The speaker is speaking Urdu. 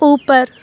اوپر